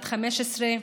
בת 15,